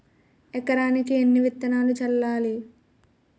ఎకరానికి ఎన్ని విత్తనాలు చల్లాలి?